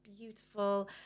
beautiful